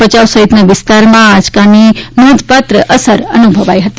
ભયાઉ સહિતના વિસ્તારમાં આ આંચકાની નોંધપાત્ર અસર અનુભવાઇ હતી